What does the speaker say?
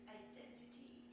identity